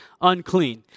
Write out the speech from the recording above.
unclean